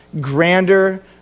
grander